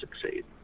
succeed